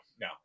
no